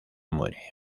muere